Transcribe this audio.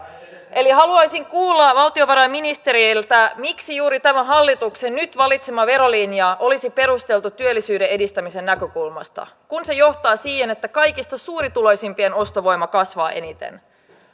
eli haluaisin kuulla valtiovarainministeriltä miksi juuri tämä hallituksen nyt valitsema verolinja olisi perusteltu työllisyyden edistämisen näkökulmasta kun se johtaa siihen että kaikista suurituloisimpien ostovoima kasvaa eniten